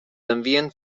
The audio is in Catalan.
envien